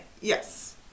Yes